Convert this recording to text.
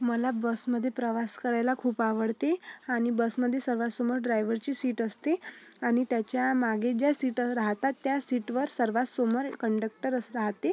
मला बसमध्ये प्रवास करायला खूप आवडते आणि बसमध्ये सर्वांत समोर ड्रायव्हरची सीट असते आणि त्याच्यामागे ज्या सीटं राहतात त्या सीटवर सर्वांत समोर कंडक्टरच राहाते